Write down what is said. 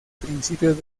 principios